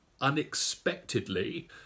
unexpectedly